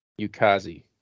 Yukazi